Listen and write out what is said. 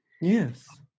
Yes